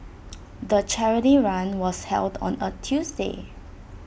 the charity run was held on A Tuesday